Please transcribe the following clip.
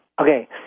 Okay